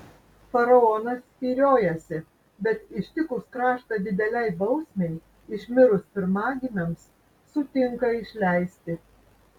faraonas spyriojasi bet ištikus kraštą didelei bausmei išmirus pirmagimiams sutinka išleisti